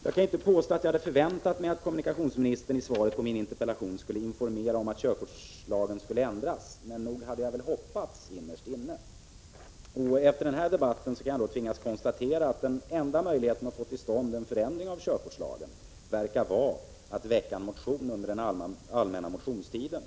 Jag kan inte påstå att jag hade förväntat mig att kommunikationsministern i sitt svar på min interpellation skulle informera om en ändring av körkortslagen, men nog hade jag väl innerst inne hoppats på det. Efter den här debatten tvingas jag dock konstatera att den enda möjligheten att få till stånd en förändring av körkortslagen verkar vara att väcka en motion under den allmänna motionstiden.